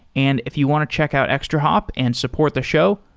and if you want to check out extrahop and support the show,